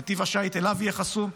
נתיב השיט אליו יהיה חסום.